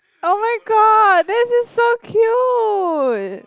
oh my god this is so cute